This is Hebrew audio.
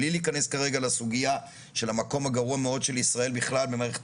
בלי להיכנס כרגע לסוגיה של המקום הגרוע מאוד של ישראל בכלל במערכת